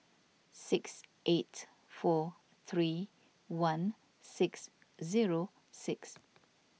six eight four three one six zero six